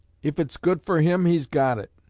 if it's good for him he's got it,